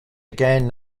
again